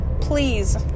Please